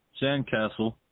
sandcastle